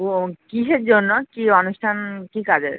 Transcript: ও কীসের জন্য কী অনুষ্ঠান কী কাজের